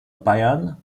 bayern